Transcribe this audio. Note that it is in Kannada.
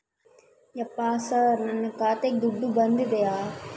ಯಪ್ಪ ಸರ್ ನನ್ನ ಖಾತೆಗೆ ದುಡ್ಡು ಬಂದಿದೆಯ?